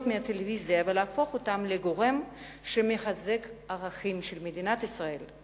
מהטלוויזיה ולהפוך אותה לגורם שמחזק את הערכים של מדינת ישראל,